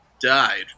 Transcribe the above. died